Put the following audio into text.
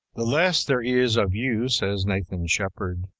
the less there is of you, says nathan sheppard,